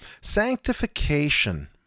Sanctification